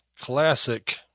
classic